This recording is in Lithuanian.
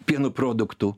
pieno produktų